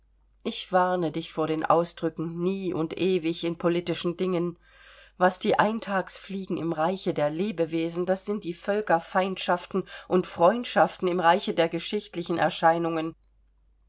ich warne dich vor den ausdrücken nie und ewig in politischen dingen was die eintagsfliegen im reiche der lebewesen das sind die völkerfeindschaften und freundschaften im reiche der geschichtlichen erscheinungen